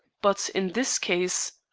but in this case,